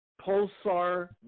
Pulsar